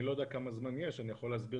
אני לא יודע כמה זמן יש לנו אבל אני יכול להסביר